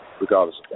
regardless